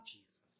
Jesus